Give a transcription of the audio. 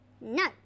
No